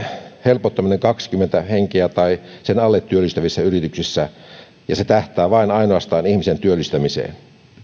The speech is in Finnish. helpottamisesta kaksikymmentä henkeä tai sen alle työllistävissä yrityksissä ja se tähtää vain ja ainoastaan ihmisen työllistämiseen